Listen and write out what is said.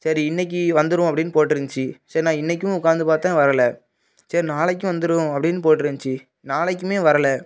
சரி இன்னைக்கு வந்துடும் அப்டின்னு போட்ருந்துச்சி சரி நான் இன்னைக்கும் உக்கார்ந்து பார்த்தேன் வரலை சரி நாளைக்கு வந்துடும் அப்டின்னு போட்ருந்துச்சி நாளைக்குமே வரலை